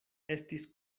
estis